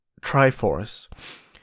Triforce